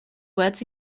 words